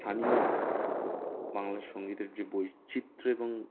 স্থানীয় বাংলা সংগীতের যে বৈচিত্র্য এবং